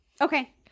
Okay